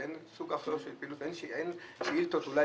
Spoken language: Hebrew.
אפשר